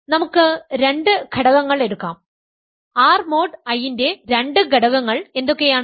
അതിനാൽ നമുക്ക് രണ്ട് ഘടകങ്ങൾ എടുക്കാം R മോഡ് I ന്റെ രണ്ട് ഘടകങ്ങൾ എന്തൊക്കെയാണ്